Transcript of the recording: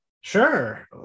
Sure